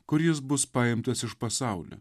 kur jis bus paimtas iš pasaulio